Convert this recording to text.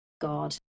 god